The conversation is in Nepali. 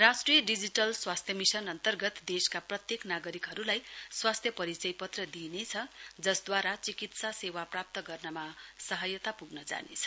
राष्ट्रिय डिजिटल स्वास्थ्य मिशन अन्तर्गत देशका प्रत्येक नागरिकहरूलाई स्वास्थ्य परिचय पत्र दिइनेछ जसद्वारा चिकित्सा सेवाप्राप्त गर्नमा सहायता प्ग्न जानेछ